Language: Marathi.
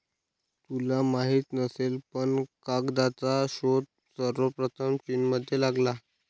तुला माहित नसेल पण कागदाचा शोध सर्वप्रथम चीनमध्ये लागला